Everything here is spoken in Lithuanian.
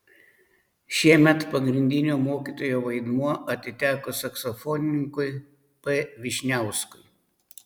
šiemet pagrindinio mokytojo vaidmuo atiteko saksofonininkui p vyšniauskui